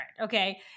Okay